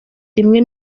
rimwe